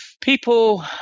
people